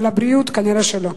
אבל בריאות נראה שלא.